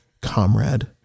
comrade